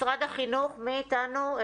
משרד החינוך, מי איתנו?